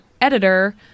editor